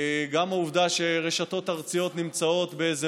גם העובדה שרשתות ארציות נמצאות באיזה